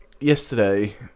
Yesterday